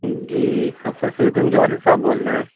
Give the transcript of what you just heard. جی آپ فصیح الدین کے والد صاحب بول رہے ہیں